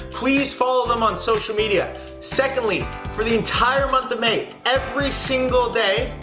please follow them on social media secondly for the entire month of may every single day,